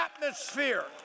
atmosphere